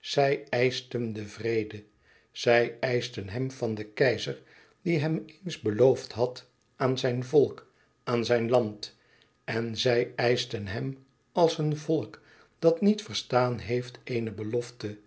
zij eischten den vrede zij eischten hem van den keizer die hem eens beloofd had aan zijn volk aan zijn land en zij eischten hem als een volk dat niet verstaan heeft eene e ids aargang belofte